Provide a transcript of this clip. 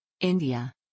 India